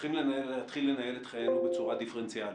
צריכים להתחיל את חיינו בצורה דיפרנציאלית.